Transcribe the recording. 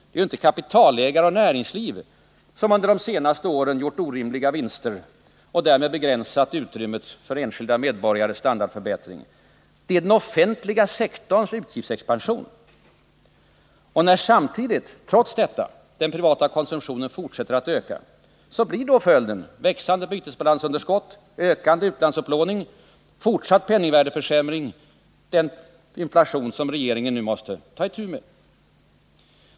Det är inte kapitalägare och näringsliv som under de senaste åren gjort orimliga vinster och därmed begränsat utrymmet för enskilda medborgares standardförbättring. Det är den offentliga sektorns utgiftsexpansion som är orsak till detta. När samtidigt, trots detta, den privata konsumtionen fortsätter att öka blir följden växande bytesbalansunderskott, ökad utlandsupplåning och fortsatt penningvärdeförsämring samt den inflation som regeringen nu måste ta itu med.